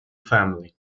family